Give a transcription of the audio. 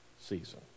season